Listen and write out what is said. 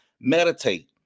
Meditate